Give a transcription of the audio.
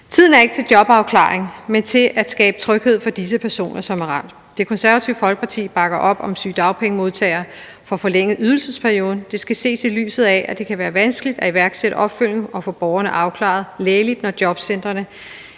Tiden er ikke til jobafklaring, men til at skabe tryghed for disse personer, som er ramt. Det Konservative Folkeparti bakker op om, at sygedagpengemodtagere får forlænget ydelsesperioden. Det skal ses i lyset af, at det kan være vanskeligt at iværksætte opfølgning og få borgerne afklaret lægeligt, når jobcentrenes